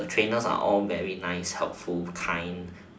the trainers are all very nice helpful kind